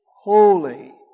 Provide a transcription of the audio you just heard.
holy